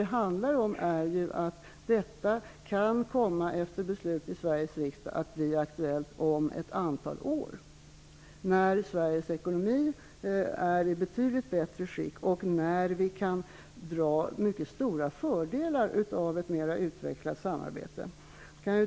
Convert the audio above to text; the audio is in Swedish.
Det handlar i stället om att detta kan, efter beslut i Sveriges riksdag, komma att bli aktuellt om ett antal år -- när Sveriges ekonomi är i betydligt bättre skick och när vi kan dra mycket stora fördelar av ett mera utvecklat samarbete.